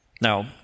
Now